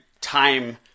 time